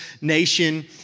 nation